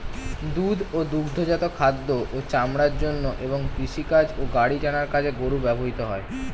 দুধ ও দুগ্ধজাত খাদ্য ও চামড়ার জন্য এবং কৃষিকাজ ও গাড়ি টানার কাজে গরু ব্যবহৃত হয়